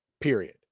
Period